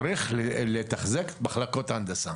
צריך לתחזק את מחלקות ההנדסה.